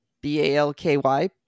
B-A-L-K-Y